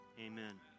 Amen